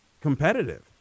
competitive